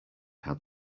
had